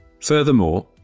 Furthermore